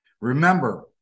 Remember